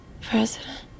President